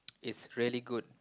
is really good